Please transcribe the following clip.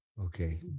Okay